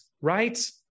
right